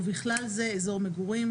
ובכלל זה אזור מגורים,